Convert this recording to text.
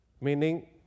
meaning